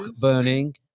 burning